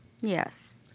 Yes